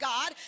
God